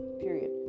period